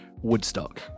woodstock